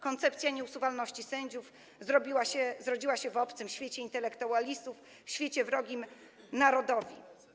Koncepcja nieusuwalności sędziów zrodziła się w obcym świecie intelektualistów, w świecie wrogim narodowi.